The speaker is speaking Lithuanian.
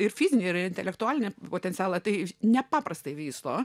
ir fizinį ir intelektualinį potencialą tai nepaprastai vysto